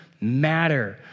matter